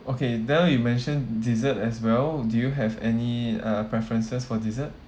okay then you mention dessert as well do you have any uh preferences for dessert